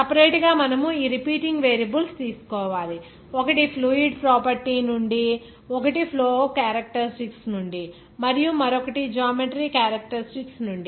separate గా మనము ఈ రిపీటింగ్ వేరియబుల్స్ తీసుకోవాలి ఒకటి ఫ్లూయిడ్ ప్రాపర్టీ నుండి ఒకటి ఫ్లో క్యారెక్టారిస్టిక్స్ నుండి మరియు మరొకటి జామెట్రీ క్యారెక్టారిస్టిక్స్ నుండి